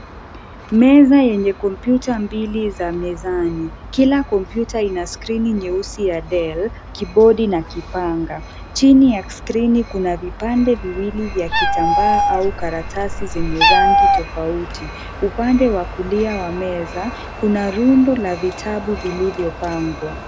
Meza yenye kompyuta mbili za mezani. Kila kompyuta inaskrini nyeusi ya Dell, kibodi, na kipanya. Chini ya skrini kuna vipande viwili vya kitambaa au karatasi zenye rangi tofauti. Upande wa kulia wa meza, kuna rundu la vitabu vilivyopangwa.